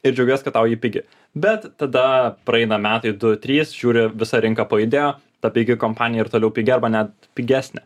ir džiaugies kad tau ji pigi bet tada praeina metai du trys žiūri visa rinka pajudėjo ta pigi kompanija ir toliau pigi arba net pigesnė